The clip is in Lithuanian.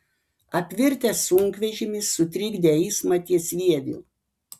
apvirtęs sunkvežimis sutrikdė eismą ties vieviu